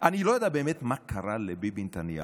אני לא יודע באמת מה קרה לביבי נתניהו,